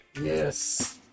Yes